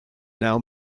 now